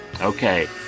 okay